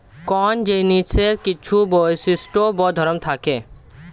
কোন জিনিসের কিছু বৈশিষ্ট্য বা ধর্ম থাকে